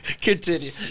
continue